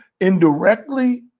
indirectly